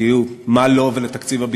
כי מה לו ולתקציב הביטחון,